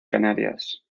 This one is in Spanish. canarias